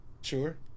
sure